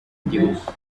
igihugu